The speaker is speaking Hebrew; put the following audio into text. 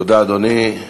תודה, אדוני.